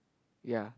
ya